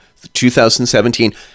2017